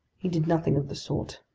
he did nothing of the sort.